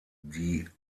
die